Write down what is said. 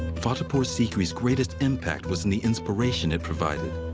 fatehpur sikri's greatest impact was in the inspiration it provided.